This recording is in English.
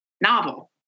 novel